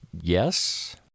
Yes